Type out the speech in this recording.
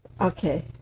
Okay